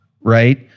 right